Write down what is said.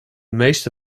meeste